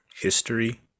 history